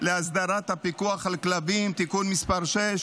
להסדרת הפיקוח על כלבים (תיקון מס׳ 6,